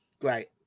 Great